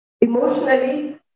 Emotionally